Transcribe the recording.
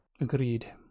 Agreed